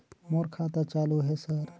मोर खाता चालु हे सर?